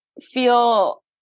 feel